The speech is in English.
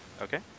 Okay